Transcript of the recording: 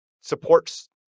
supports